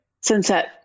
Sunset